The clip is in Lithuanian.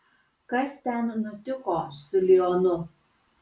kas ten nutiko su lionu